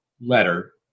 letter